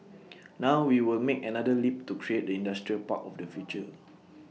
now we will make another leap to create the industrial park of the future